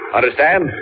Understand